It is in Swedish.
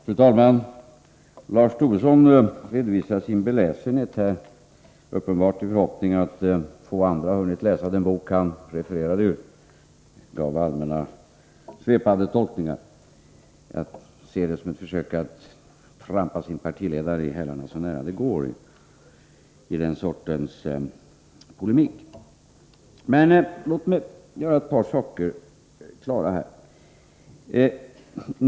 Fru talman! Lars Tobisson redovisade sin beläsenhet — uppenbart i förhoppning om att få andra hunnit läsa den bok han refererade — med allmänna, svepande tolkningar. Jag ser det som ett försök av Lars Tobisson att trampa sin partiledare i hälarna så nära det går i den sortens polemik. Låt mig klargöra ett par saker.